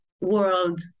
world